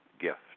gift